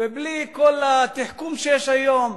ובלי כל התחכום שיש היום,